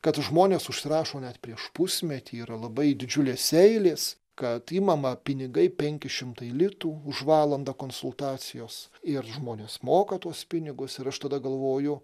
kad žmonės užsirašo net prieš pusmetį yra labai didžiulės eilės kad imama pinigai penki šimtai litų už valandą konsultacijos ir žmonės moka tuos pinigus ir aš tada galvoju